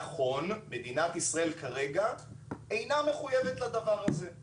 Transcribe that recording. נכון, מדינת ישראל, כרגע, אינה מחויבת לדבר הזה.